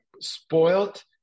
spoiled